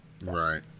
Right